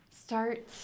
start